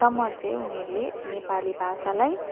सम्म चाहिँ उनीहरूले नेपाली भाषालाई